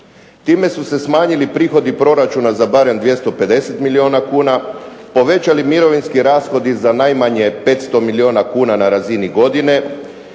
Time su se smanjili prihodi proračuna za barem 250 milijuna kuna, povećali mirovinski rashodi za najmanje 500 milijuna kuna na razini godine